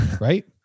Right